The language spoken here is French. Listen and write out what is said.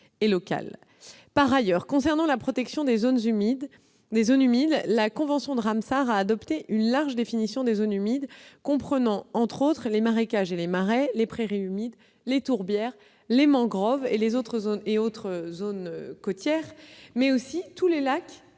territoires. Par ailleurs, concernant la protection des zones humides, la convention de Ramsar a adopté une large définition des zones humides, comprenant notamment les marécages et les marais, les prairies humides, les tourbières, les mangroves et autres zones côtières, mais également tous les lacs